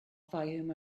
fayoum